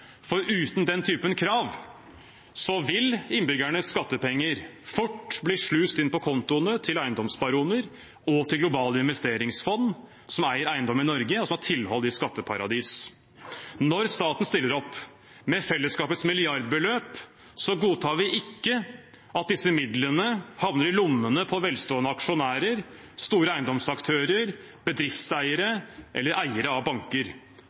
for uten den typen krav vil innbyggernes skattepenger fort bli sluset inn på kontoene til eiendomsbaroner og til globale investeringsfond som eier eiendom i Norge, og som har tilhold i skatteparadiser. Når staten stiller opp med fellesskapets milliardbeløp, godtar vi ikke at disse midlene havner i lommene på velstående aksjonærer, store eiendomsaktører, bedriftseiere eller eiere av banker.